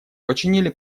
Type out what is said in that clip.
починили